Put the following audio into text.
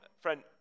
friend